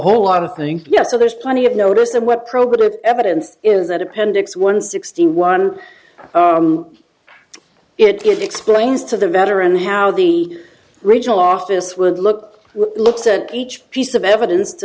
whole lot of things yet so there's plenty of notice of what probative evidence is that appendix one sixty one it explains to the veteran how the regional office would look looks at each piece of evidence to